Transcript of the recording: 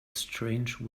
strange